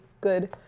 good